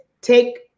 take